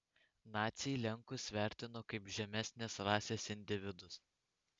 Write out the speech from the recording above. naciai lenkus vertino kaip žemesnės rasės individus